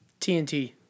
TNT